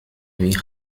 wie